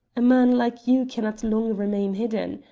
a man like you cannot long remain hidden.